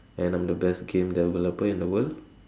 and I'm the best game developer in the world